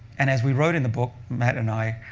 and as we wrote in the book, matt and i,